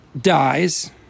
dies